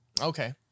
Okay